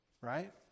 right